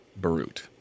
Barut